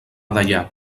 deià